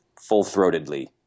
full-throatedly